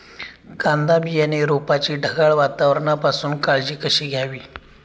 कांदा बियाणे रोपाची ढगाळ वातावरणापासून काळजी कशी घ्यावी?